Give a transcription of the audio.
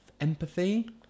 empathy